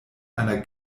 einer